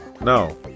No